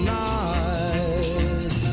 nice